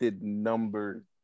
Number